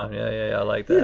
um yeah, like